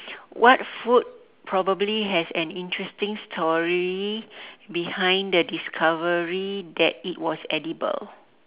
what food probably has an interesting story behind the discovery that it was edible